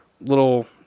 little